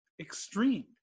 extreme